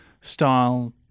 style